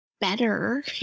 better